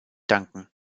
danken